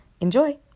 Enjoy